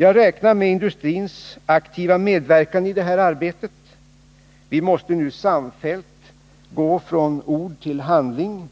Jag räknar med industrins aktiva medverkan i detta arbete. Vi måste nu samfällt gå från ord till handling.